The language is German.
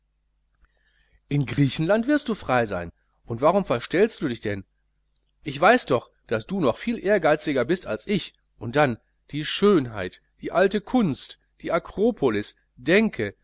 in griechenland wirst du frei sein und warum verstellst du dich denn ich weiß doch daß du noch viel ehrgeiziger bist als ich und dann die schönheit die alte kunst die akropolis denke